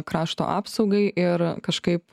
krašto apsaugai ir kažkaip